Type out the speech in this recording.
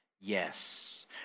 yes